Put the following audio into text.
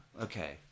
Okay